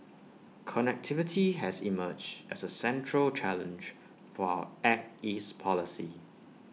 connectivity has emerged as A central challenge for our act east policy